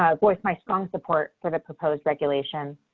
voice my strong support for the proposed regulation.